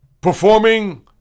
performing